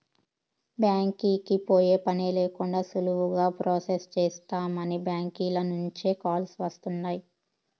బ్యాంకీకి పోయే పనే లేకండా సులువుగా ప్రొసెస్ చేస్తామని బ్యాంకీల నుంచే కాల్స్ వస్తుండాయ్